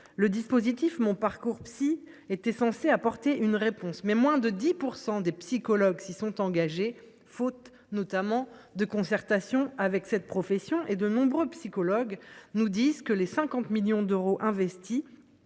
Le dispositif MonParcoursPsy était censé apporter une réponse. Mais moins de 10 % des psychologues s’y sont engagés, faute, notamment, de concertation avec l’ensemble de la profession. Nombre de praticiens nous disent que les 50 millions d’euros investis